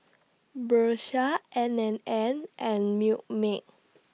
Bershka N and N and Milkmaid